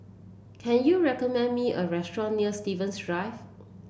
can you recommend me a restaurant near Stevens Drive